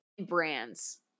brands